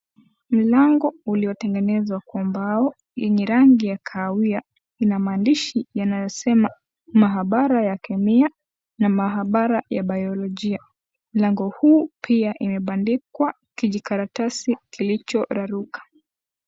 Milango uliotengenezwa kwa mbao yenye rangi ya kahawia ina maandishi yanayosema mahabara ya kemia na mahabara ya biolojia, mlango huu pia umebandikwa kijikaratasi kilichorqruka.